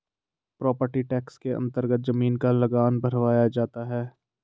property tax के अन्तर्गत जमीन का लगान भरवाया जाता है